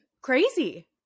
Crazy